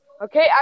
Okay